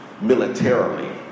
militarily